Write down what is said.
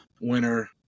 winner